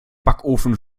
backofen